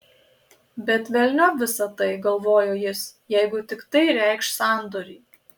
bet velniop visa tai galvojo jis jeigu tik tai reikš sandorį